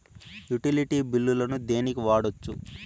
Utility బిల్లులను దేనికి వాడొచ్చు?